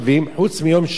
חוץ מיום שישי,